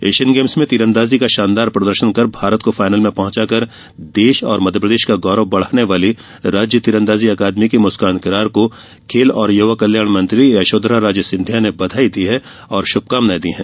Asian Games में तीरंदाजी का शानदार प्रदर्शन कर भारत को फाइनल में पहुंचाकर देश और मध्यप्रदेश का गौरव बढ़ाने वाली राज्य तीरंदाजी अकादमी की मुस्कान किरार को खेल युवा कल्याणमंत्री यशोधरा राजे सिंधिया ने बघाई और शुभकामनाएं दी हैं